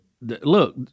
look